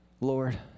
Lord